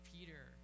Peter